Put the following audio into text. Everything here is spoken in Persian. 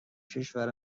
کشور